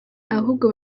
ahubwo